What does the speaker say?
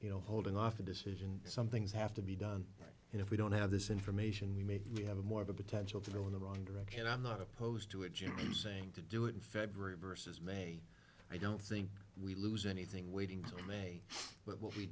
you know holding off a decision some things have to be done and if we don't have this information we make we have more of a potential to go in the wrong direction and i'm not opposed to a jimmy saying to do it in february versus may i don't think we lose anything waiting in may but what we